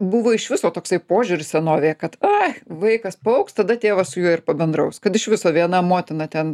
buvo iš viso toksai požiūris senovėje kad ai vaikas paaugs tada tėvas su juo ir pabendraus kad iš viso viena motina ten